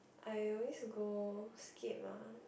I always go Scape [agh]